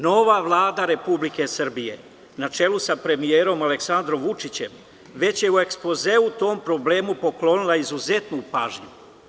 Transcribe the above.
Nova Vlada Republike Srbije, na čelu sa premijerom Aleksandrom Vučićem, već je u ekspozeu tom problemu poklonila izuzetnu pažnju.